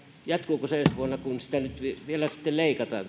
jatkuuko se ensi vuonna kun tätä lfa tukea nyt vielä sitten leikataan